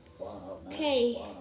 Okay